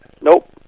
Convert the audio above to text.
Nope